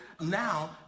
now